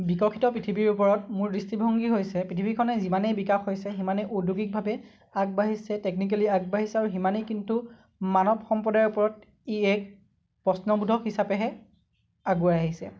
বিকশিত পৃথিৱীৰ ওপৰত মোৰ দৃষ্টিভগী হৈছে পৃথিৱীখনে যিমানেই বিকাশ হৈছে সিমানেই ঔদ্যোগিকভাৱে আগবাঢ়িছে টেক্নিকেলি আগবাঢ়িছে আৰু সিমানেই কিন্তু মানৱ সম্প্ৰদায়ৰ ওপৰত ই এক প্ৰশ্নবোধক হিচাপেহে আগুৱাই আহিছে